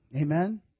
Amen